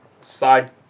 side